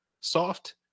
soft